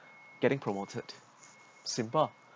getting promoted simple